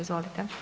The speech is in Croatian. Izvolite.